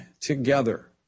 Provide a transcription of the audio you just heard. together